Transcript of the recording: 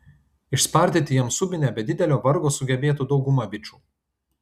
išspardyti jam subinę be didelio vargo sugebėtų dauguma bičų